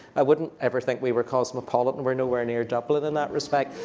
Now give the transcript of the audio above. i wouldn't ever think we were cosmopolitan. we're nowhere near dublin in that respect,